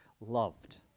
loved